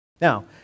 Now